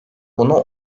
bunu